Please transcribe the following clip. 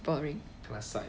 boring